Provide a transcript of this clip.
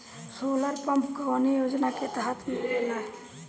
Solar pump कौने योजना के तहत मिलेला?